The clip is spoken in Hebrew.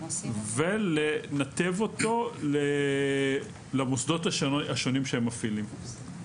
ולנתב אותו למוסדות השונים שהם מפעילים.